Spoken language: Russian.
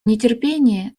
нетерпении